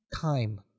Time